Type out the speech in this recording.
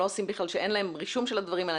שאין להם רישום של הדברים האלה.